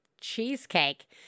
cheesecake